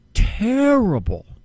Terrible